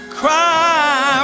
cry